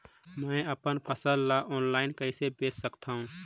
मैं अपन फसल ल ऑनलाइन कइसे बेच सकथव?